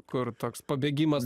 kur toks pabėgimas